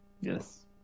Yes